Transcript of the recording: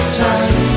time